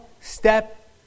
step